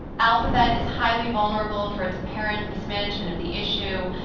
alphabet is highly vulnerable for its apparent mismanagement of the issue.